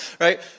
right